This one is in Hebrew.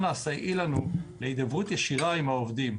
אנא סייעי לנו להידברות ישירה עם העובדים.